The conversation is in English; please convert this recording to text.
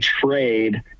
trade